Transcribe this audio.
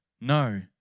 no